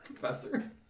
Professor